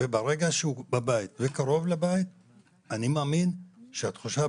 וברגע שהוא בבית וקרוב לבית אני מאמין שהתחושה,